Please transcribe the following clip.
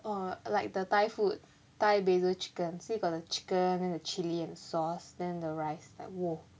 oh like the thai food thai basil chicken say got the chicken then the chilli and the sauce then the rice like !whoa!